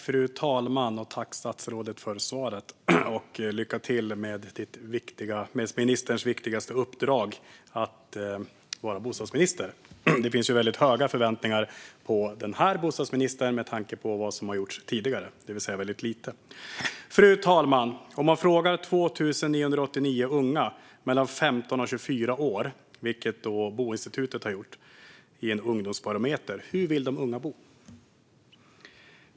Fru talman! Tack för svaret, ministern! Jag vill också önska lycka till med ministerns viktigaste uppdrag: att vara bostadsminister. Det finns väldigt höga förväntningar på den här bostadsministern med tanke på vad som har gjorts tidigare, det vill säga väldigt lite. Fru talman! Boinstitutet har i en ungdomsbarometer frågat 2 989 unga mellan 15 och 24 år hur de vill bo.